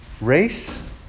race